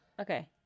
Okay